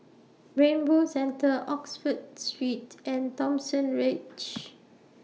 Rainbow Centre Oxford Street and Thomson Ridge